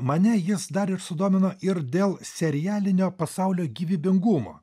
mane jis dar ir sudomino ir dėl serialinio pasaulio gyvybingumo